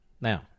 Now